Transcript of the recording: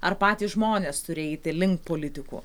ar patys žmonės turi eiti link politikų